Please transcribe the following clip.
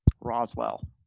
Roswell